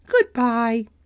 Goodbye